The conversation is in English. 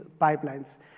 pipelines